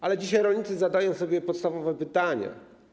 Ale dzisiaj rolnicy zadają sobie podstawowe pytania.